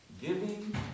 giving